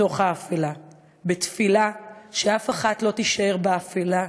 מתוך האפלה"; בתפילה שאף אחת לא תישאר באפלה,